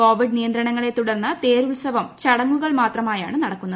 Covid നിയന്ത്രണങ്ങളെ തുടർന്ന് തേരുത്സവം ചടങ്ങുകൾ മാത്രമായാണ് നടക്കുന്നത്